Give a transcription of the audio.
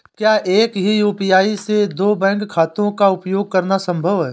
क्या एक ही यू.पी.आई से दो बैंक खातों का उपयोग करना संभव है?